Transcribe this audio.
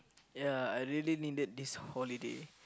ya I really needed this holiday